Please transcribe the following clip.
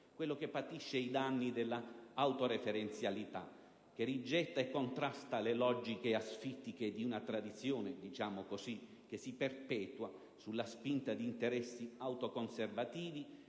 quello che patisce i danni dell'autoreferenzialità, quello che rigetta e contrasta le logiche asfittiche di una tradizione - diciamo così - che si perpetua sulla spinta di interessi autoconservativi,